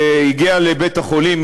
שהגיע לבית-החולים,